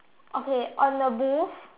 okay on the booth